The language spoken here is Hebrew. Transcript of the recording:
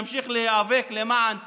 נמשיך להיאבק למען צדק,